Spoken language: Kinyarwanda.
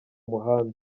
muhanda